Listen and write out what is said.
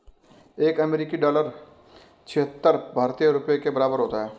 एक अमेरिकी डॉलर छिहत्तर भारतीय रुपये के बराबर होता है